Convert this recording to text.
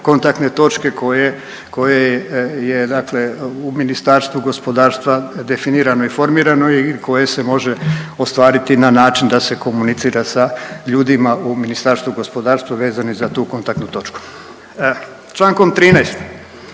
kontaktne točke koje, koje je dakle u Ministarstvu gospodarstva definirano i formirano i koje se može ostvariti na način da se komunicira sa ljudima u Ministarstvu gospodarstva vezano i za tu kontaktnu točku. Člankom 13.